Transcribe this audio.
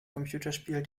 computerspiel